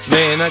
Man